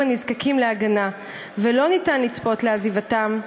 הנזקקים להגנה ולא ניתן לצפות לעזיבתם,